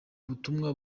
butumwa